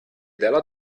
della